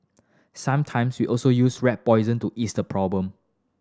sometimes we also use rat poison to ease the problem